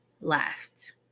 left